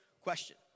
question